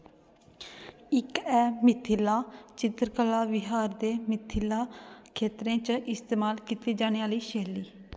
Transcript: इक ऐ मिथिला चित्तरकला बिहार दे मिथिला खेत्तरें च इस्तेमाल कीती जाने आह्ली शैली